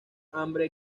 hambre